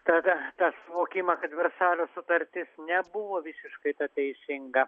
tada suvokimą kad versalio sutartis nebuvo visiškai ta teisinga